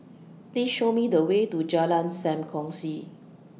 Please Show Me The Way to Jalan SAM Kongsi